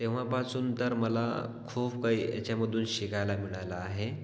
तेव्हापासून तर मला खूप काही याच्यामधून शिकायला मिळालं आहे